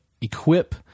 equip